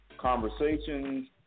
conversations